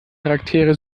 charaktere